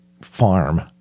farm